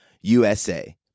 USA